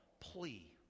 plea